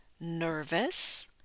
nervous